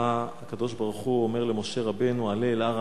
שבה הקדוש-ברוך-הוא אומר למשה רבנו: "עלה אל הר